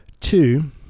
two